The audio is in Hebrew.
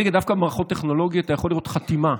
דווקא במערכות טכנולוגיות אתה יכול לראות חתימה,